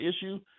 issue